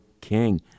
King